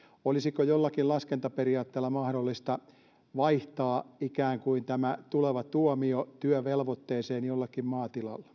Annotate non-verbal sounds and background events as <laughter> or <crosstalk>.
olisiko jollakin laskentaperiaatteella mahdollista vaihtaa tämä tuleva tuomio ikään kuin työvelvoitteeseen jollakin maatilalla <unintelligible>